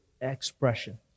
expression